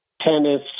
tennis